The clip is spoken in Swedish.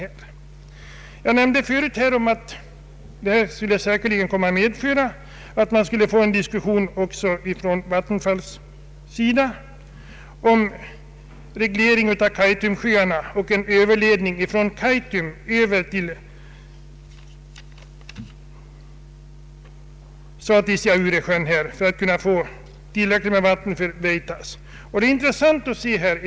Jag nämnde förut att det säkerligen också skulle bli diskussion när Vattenfall begär reglering av Kaitumsjöarna och en överledning av vatten från Kaitum till Satisjauresjön för att få tillräckligt med vatten till Vietas.